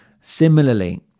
Similarly